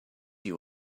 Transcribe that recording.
you